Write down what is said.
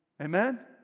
Amen